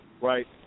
right